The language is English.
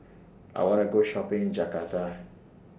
I want to Go Shopping in Jakarta